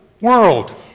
world